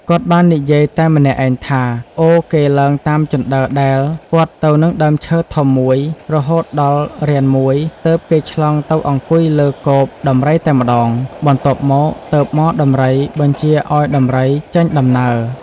គាត់បាននិយាយតែម្នាក់ឯងថា អូ គេឡើងតាមជណ្តើរដែល ព័ទ្ធទៅនឹងដើមឈើធំមួយរហូតដល់រានមួយទើបគេឆ្លងទៅអង្គុយលើកូប ដំរីតែម្តង បន្ទាប់មកទើបហ្មដំរីបញ្ជាឱ្យដំរីចេញដំណើរ ។